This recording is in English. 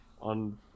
on